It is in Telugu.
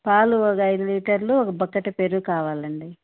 పాలు ఒక ఐదు లీటర్లు ఒక బక్కెటు పెరుగు కావాలండి